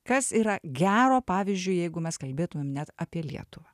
kas yra gero pavyzdžiui jeigu mes kalbėtumėm net apie lietuvą